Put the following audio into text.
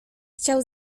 chciał